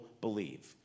believe